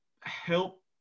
help